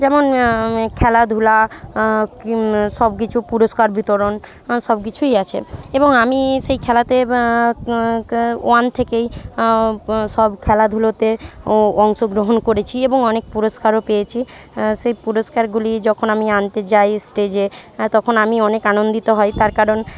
যেমন খেলাধূলা কী সব কিছু পুরস্কার বিতরণ সব কিছুই আছে এবং আমি সেই খেলাতে বা ওয়ান থেকেই সব খেলাধুলোতে অংশগ্রহণ করেছি এবং অনেক পুরস্কারও পেয়েছি সে পুরস্কারগুলি যখন আমি আনতে যাই স্টেজে তখন আমি অনেক আনন্দিত হই তার কারণ